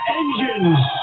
engines